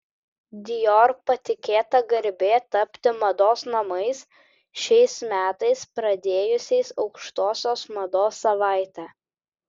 dior patikėta garbė tapti mados namais šiais metais pradėjusiais aukštosios mados savaitę